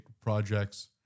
projects